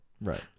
Right